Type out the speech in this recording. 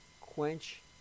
quench